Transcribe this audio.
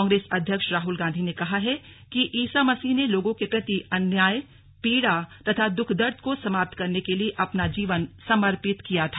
कांग्रेस अध्यक्ष राहुल गांधी ने कहा है कि ईसा मसीह ने लोगों के प्रति अन्याय पीड़ा तथा दुख दर्द को समाप्त करने के लिए अपना जीवन समर्पित किया था